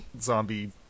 zombie